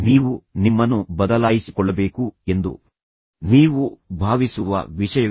ನೀವು ನಿಮ್ಮನ್ನು ಬದಲಾಯಿಸಿಕೊಳ್ಳಬೇಕು ಎಂದು ನೀವು ಭಾವಿಸುವ ವಿಷಯವೇ